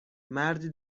مردی